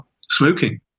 smoking